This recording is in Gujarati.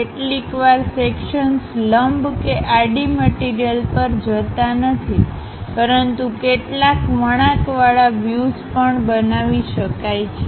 કેટલીકવાર સેક્શન્સ લંબ કે આડી મટીરીયલપર જતા નથી પરંતુ કેટલાક વળાંકવાળા વ્યુઝપણ બનાવી શકાય છે